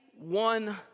one